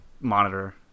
monitor